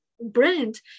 brand